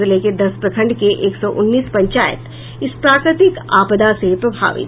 जिले के दस प्रखंड के एक सौ उन्नीस पंचायत इस प्राकृतिक आपदा से प्रभावित है